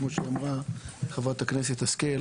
כמו שאמרה חברת הכנסת השכל.